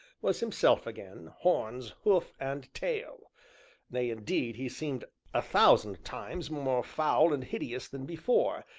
was himself again, horns, hoof, and tail nay, indeed, he seemed a thousand times more foul and hideous than before,